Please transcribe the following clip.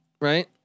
right